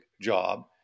job